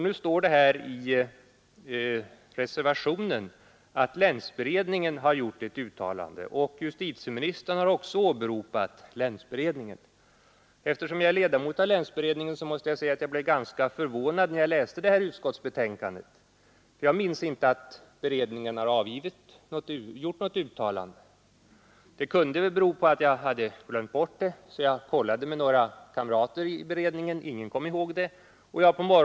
Nu står det även i reservationen att länsberedningen har gjort ett uttalande, och justitieministern åberopade också länsberedningen. Eftersom jag är ledamot av länsberedningen blev jag ganska förvånad vid läsningen av utskottets betänkande, eftersom jag inte kunde minnas att beredningen har gjort något sådant uttalande. Men då detta ju kunde bero på att jag glömt detta kollade jag uppgiften med några kamrater i beredningen, som emellertid inte heller kom ihåg att beredningen hade uttalat sig.